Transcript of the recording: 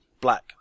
black